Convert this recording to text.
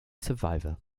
surveyor